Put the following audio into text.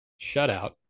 shutout